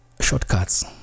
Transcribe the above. shortcuts